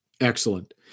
Excellent